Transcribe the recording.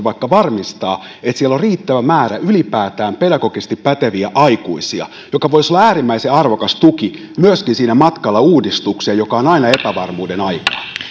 vaikka prosentuaalisesti varmistaa että siellä on riittävä määrä ylipäätään pedagogisesti päteviä aikuisia mikä voisi olla äärimmäisen arvokas tuki myöskin siinä matkalla uudistukseen joka on aina epävarmuuden aikaa